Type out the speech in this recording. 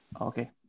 Okay